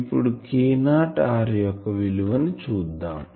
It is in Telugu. ఇప్పుడు K0r యొక్క విలువ ని చూద్దాం